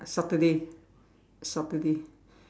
Saturday Saturday